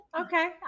Okay